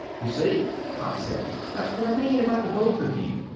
you see? pop said. that's what i mean about the both of you.